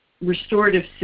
restorative